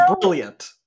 brilliant